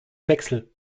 wechsel